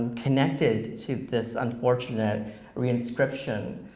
connected to this unfortunate re-inscription